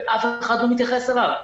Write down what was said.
ואף אחד לא מתייחס אליו,